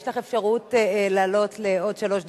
יש לך אפשרות לעלות עוד לשלוש דקות.